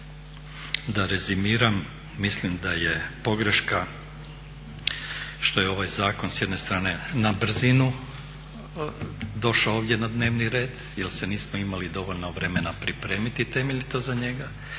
da rezimiram. Mislim da je pogreška što je ovaj zakon s jedne strane na brzinu došao ovdje na dnevni red jer se nismo imali dovoljno vremena pripremiti temeljito za njega,